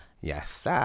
Yes